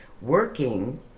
working